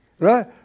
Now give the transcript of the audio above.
Right